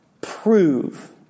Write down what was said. prove